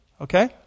Okay